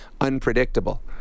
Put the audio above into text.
unpredictable